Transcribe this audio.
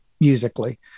musically